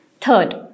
Third